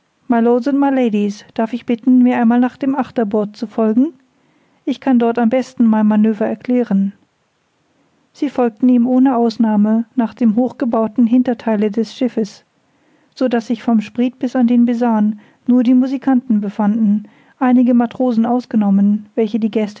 myladies darf ich bitten mir einmal nach dem achterbord zu folgen ich kann dort am besten mein maneuvre erklären sie folgten ihm ohne ausnahme nach dem hochgebauten hintertheile des schiffes so daß sich vom spriet bis an den besaan nur die musikanten befanden einige matrosen ausgenommen welche die